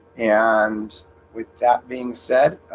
and with that being said